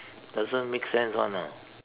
doesn't make sense [one] you know